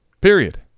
Period